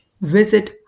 visit